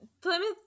Plymouth